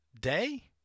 day